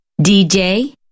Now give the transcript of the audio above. DJ